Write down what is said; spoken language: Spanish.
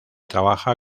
trabaja